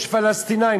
יש פלסטינים,